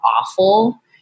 awful